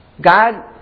God